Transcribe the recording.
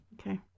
Okay